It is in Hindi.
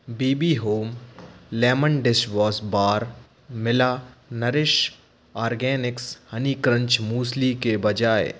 B B home lemon dishwash bar मिला Nourish Organics honey crunch muesli के बजाय